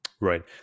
Right